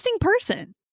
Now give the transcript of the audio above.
person